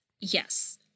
Yes